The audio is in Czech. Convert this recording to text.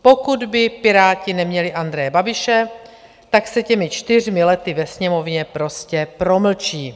Pokud by Piráti neměli Andreje Babiše, tak se těmi čtyřmi lety ve Sněmovně prostě promlčí.